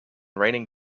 raining